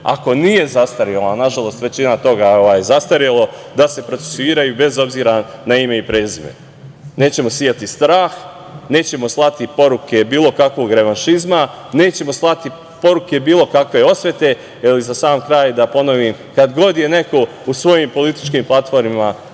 ako nije zastarilo, a nažalost većina toga je zastarilo, da se procesuiraju i bez obzira na ime i prezime. Nećemo sejati strah, nećemo slati poruke bilo kakvog revanšizma, nećemo slati poruke bilo kakve osvete, jer za sam kraj da ponovim, kad god je neko u svojim političkim platformama